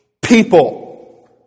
people